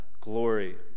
glory